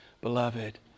Beloved